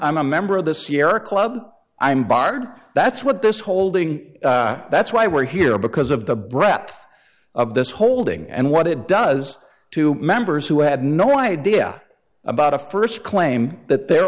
i'm a member of the sierra club i'm barred that's what this holding that's why we're here because of the breadth of this holding and what it does to members who had no idea about a first claim that their